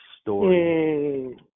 story